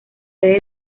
redes